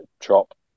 Drop